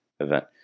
event